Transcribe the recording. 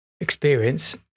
experience